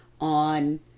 on